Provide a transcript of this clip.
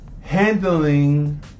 handling